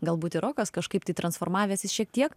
galbūt ir rokas kažkaip tai transformavęsis šiek tiek